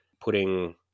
putting